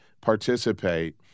participate